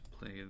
play